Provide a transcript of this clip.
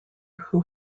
who